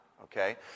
Okay